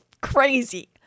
crazy